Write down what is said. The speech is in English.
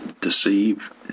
deceive